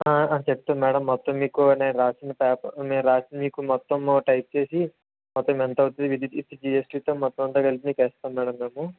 చెప్తాను మేడం మొత్తం మీకు నేను వ్రాసింది పేపర్ నేను వ్రాసింది మొత్తం మీకు టైప్ చేసి మొత్తం ఎంత అవుతుంది ఈ ట్రిప్ మీకు మొత్తం అంతా కలిపి మీకు వేస్తాము మేడం మేము